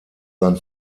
sein